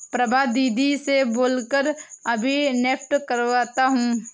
प्रभा दीदी से बोल कर अभी नेफ्ट करवाता हूं